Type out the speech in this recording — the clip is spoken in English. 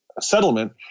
settlement